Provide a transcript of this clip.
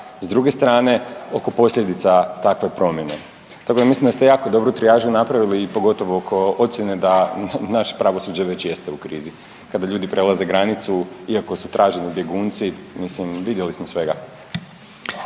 sa druge strane oko posljedica takve promjene. Tako da mislim da ste jako dobru trijažu napravili i pogotovo oko ocjene da naše pravosuđe već jeste u krizi. Kada ljudi prelaze granicu iako su traženi bjegunci, mislim vidjeli smo svega.